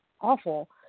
awful